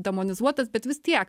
demonizuotas bet vis tiek